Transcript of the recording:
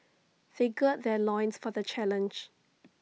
they gird their loins for the challenge